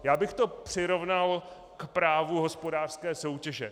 Já bych to přirovnal k právu hospodářské soutěže.